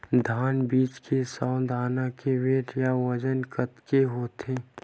धान बीज के सौ दाना के वेट या बजन कतके होथे?